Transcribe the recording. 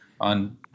on